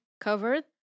covered